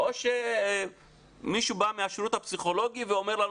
או מישהו שבא מהשירות הפסיכולוגי ואומר לנו,